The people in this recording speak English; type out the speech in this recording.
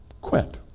quit